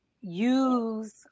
use